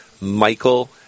Michael